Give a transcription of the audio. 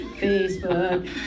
Facebook